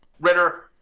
Ritter